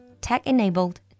tech-enabled